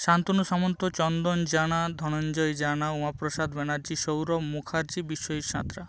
Shantanu Samanta Chandan Jana Dhananjay Jana Umaprasad Banerjee Sourav Mukherjee Biswajit Santra